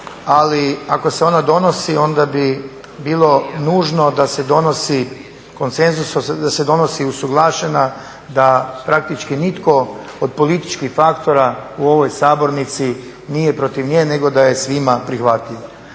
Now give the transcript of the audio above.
ali ako se ona donosi ona bi bilo nužno da se donosi konsenzusom da se donosi usuglašena, da praktički nitko od političkih faktora u ovoj sabornici nije protiv nje nego da je svima prihvatljiva.